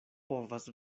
povas